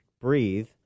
breathe